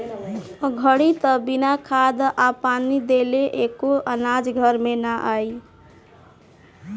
ए घड़ी त बिना खाद आ पानी देले एको अनाज घर में ना आई